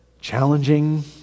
challenging